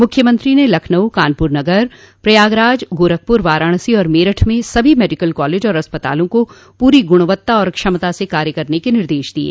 मुख्यमंत्री ने लखनऊ कानपुर नगर प्रयागराज गोरखपुर वाराणसी और मेरठ में सभी मेडिकल कॉलेज और अस्पतालों को पूरी गुणवत्ता और क्षमता से कार्य करने के निर्देश दिये